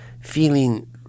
feeling